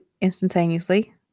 instantaneously